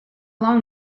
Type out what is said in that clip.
long